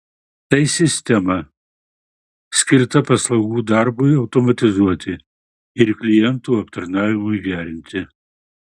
tai sistema skirta paslaugų darbui automatizuoti ir klientų aptarnavimui gerinti